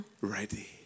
Ready